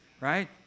Right